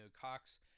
COX